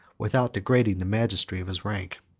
without degrading the majesty of his rank.